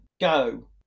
go